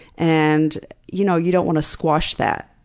and you know you don't want to squash that,